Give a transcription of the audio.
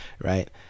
right